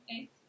eight